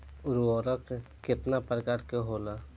उर्वरक केतना प्रकार के होला?